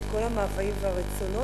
את כל המאוויים והרצונות.